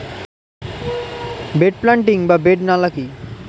Bed planting বা bed নালা কি?